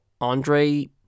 Andre